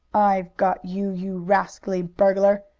i've got you, you rascally burglar!